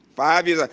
five years ah